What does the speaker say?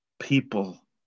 People